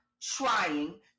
trying